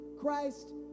Christ